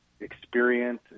experience